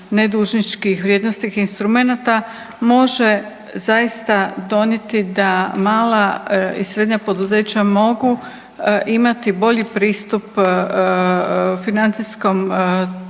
ne dužničkih vrijednosnih instrumenata može zaista donijeti da mala i srednja poduzeća mogu imati bolji pristup financijskom tržištu